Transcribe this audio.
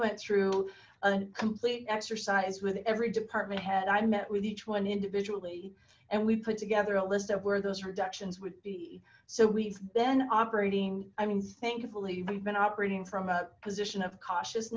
went through a complete exercise with every department head i met with each one individually and we put together a list of where those reductions would be so we've been operating i mean thankfully we've been operating from a position of cautious